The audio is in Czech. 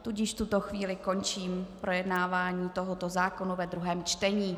V tuto chvíli končím projednávání tohoto zákona ve druhém čtení.